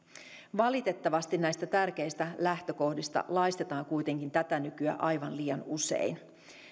valitettavasti näistä tärkeistä lähtökohdista laistetaan kuitenkin tätä nykyä aivan liian usein